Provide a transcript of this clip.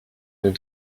nous